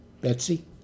Betsy